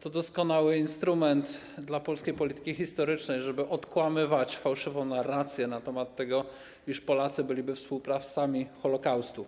to doskonały instrument dla polskiej polityki historycznej, żeby odkłamywać fałszywą narrację na temat tego, iż Polacy byli współsprawcami holokaustu.